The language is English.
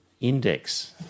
index